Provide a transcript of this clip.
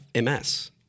MS